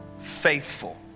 faithful